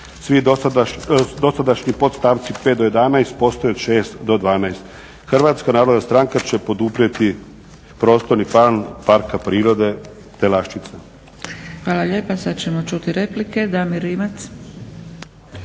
Dosadašnji podstavci 5. do 11. postaju od 6. do 12." Hrvatska narodna stranka će poduprijeti Prostorni plan Parka prirode Telaščica. **Zgrebec, Dragica (SDP)** Hvala lijepa. Sad ćemo čuti replike. Damir Rimac.